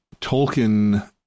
tolkien